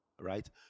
right